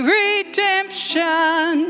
redemption